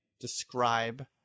describe